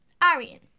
Arian